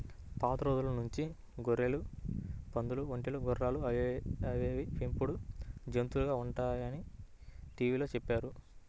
పాత రోజుల నుంచి గొర్రెలు, పందులు, ఒంటెలు, గుర్రాలు అనేవి పెంపుడు జంతువులుగా ఉన్నాయని టీవీలో చెప్పారు